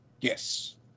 Yes